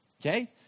okay